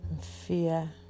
fear